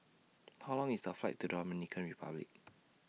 How Long IS The Flight to Dominican Republic